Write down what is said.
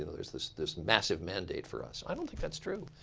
and there's this this massive mandate for us. i don't think that's true.